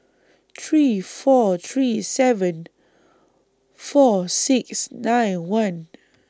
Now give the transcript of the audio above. three four three seven four six nine one